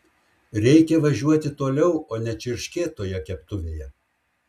reikia važiuoti toliau o ne čirškėt toje keptuvėje